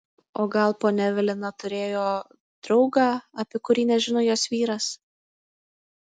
o gal ponia evelina turėjo draugą apie kurį nežino jos vyras